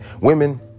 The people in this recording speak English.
women